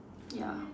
ya